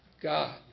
God